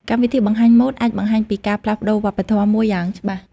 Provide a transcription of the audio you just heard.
កម្មវិធីបង្ហាញម៉ូដអាចបង្ហាញពីការផ្លាស់ប្តូរវប្បធម៌មួយយ៉ាងច្បាស់។